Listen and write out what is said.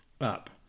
up